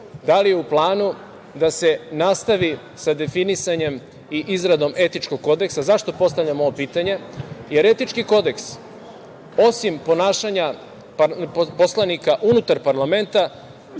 da li je u planu da se nastavi sa definisanjem i izradom etičkog kodeksa? Zašto postavljam ovo pitanje? Etički kodeks, osim ponašanja poslanika unutar parlamenta,